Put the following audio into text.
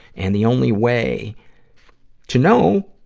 and the only way to know